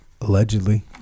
allegedly